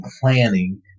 planning